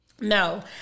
no